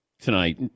tonight